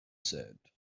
said